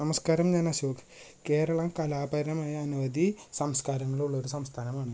നമസ്ക്കാരം ഞാൻ അശോക് കേരളം കലാപരമായ അനവധി സംസ്ക്കാരങ്ങളുള്ള ഒരു സംസ്ഥാനമാണ്